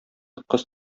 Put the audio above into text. кыз